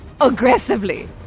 aggressively